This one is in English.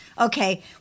Okay